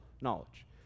knowledge